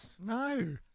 No